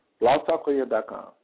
blogtalkradio.com